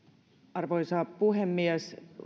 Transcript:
arvoisa puhemies